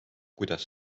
kuidas